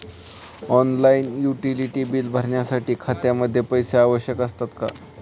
Online utility बिले भरण्यासाठी खात्यामध्ये पैसे आवश्यक असतात का?